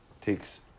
takes